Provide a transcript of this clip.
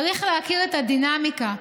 צריך להכיר את הדינמיקה.